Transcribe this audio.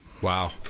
Wow